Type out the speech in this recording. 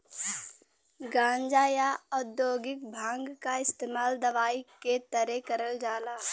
गांजा, या औद्योगिक भांग क इस्तेमाल दवाई के तरे करल जाला